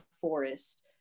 forest